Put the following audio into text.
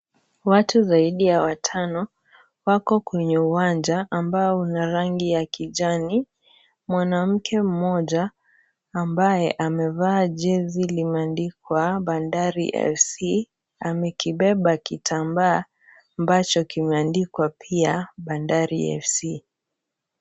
Watu zaidi ya watano, wako kwenye uwanja, ambao una rangi ya kijani. Mwanamke mmoja, ambaye amevaa jezi limeandikwa ,Bandari FC,amekibeba kitambaa, ambacho pia kimeandikwa, Bandari FC.